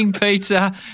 Pizza